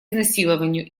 изнасилованию